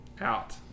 out